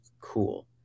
cool